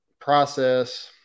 process